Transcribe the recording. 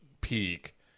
peak